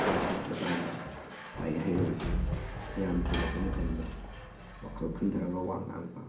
ꯊꯣꯔꯛꯄ ꯃꯇꯝꯗ ꯂꯥꯏꯔꯤꯛ ꯍꯩꯔꯕꯗꯤ ꯃꯤꯌꯥꯝ ꯇꯤꯜꯂꯛꯄ ꯃꯇꯝꯗ ꯋꯥꯈꯜ ꯈꯟꯊꯔꯒ ꯋꯥ ꯉꯥꯡꯕ